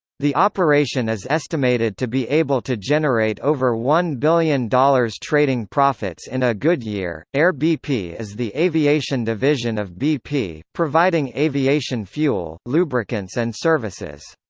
the operation is estimated to be able to generate over one billion dollars trading profits in a good year air bp is the aviation division of bp, providing aviation fuel, lubricants and services.